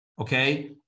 Okay